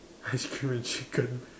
ice cream and chicken